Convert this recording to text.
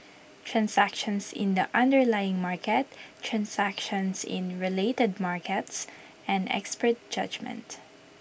transactions in the underlying market transactions in related markets and expert judgement